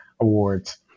awards